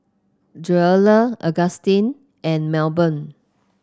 Joella Augustin and Melbourne